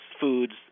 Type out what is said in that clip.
foods